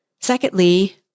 Secondly